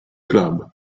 club